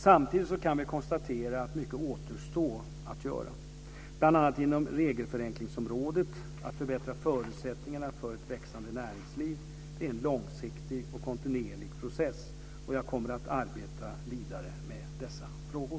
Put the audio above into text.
Samtidigt kan vi konstatera att mycket återstår att göra, bl.a. inom regelförenklingsområdet. Att förbättra förutsättningarna för ett växande näringsliv är en långsiktig och kontinuerlig process, och jag kommer att arbeta vidare med dessa frågor.